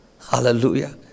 Hallelujah